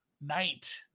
night